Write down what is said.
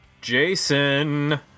Jason